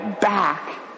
back